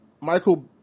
Michael